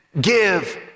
give